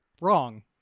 Wrong